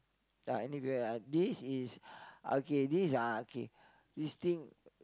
ya anyway this is okay these are okay this thing